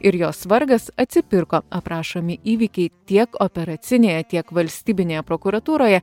ir jos vargas atsipirko aprašomi įvykiai tiek operacinėje tiek valstybinėje prokuratūroje